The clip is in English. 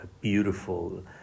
beautiful